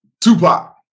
Tupac